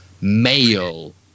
male